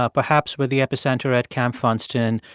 ah perhaps with the epicenter at camp funston,